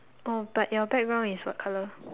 oh but your background is what colour